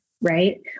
Right